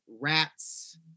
rats